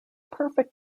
perfect